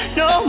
no